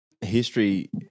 history